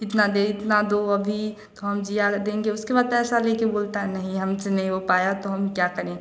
इतना दे इतना दो अभी तो हम जीया देंगे उसके बाद पैसा लेकर बोलता नहीं हमसे नहीं हो पाया तो हम क्या करें